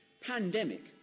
pandemic